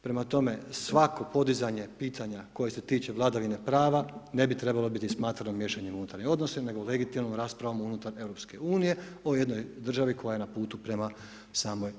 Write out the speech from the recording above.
Prema tome svako podizanje pitanja koje se tiče vladavine prava ne bi trebalo biti smatrano miješanjem u unutarnje odnose nego legitimnom raspravom unutar Europske unije o jednoj državi koja je na putu prema samoj